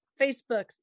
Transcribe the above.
Facebook